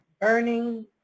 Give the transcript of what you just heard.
burning